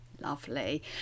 Lovely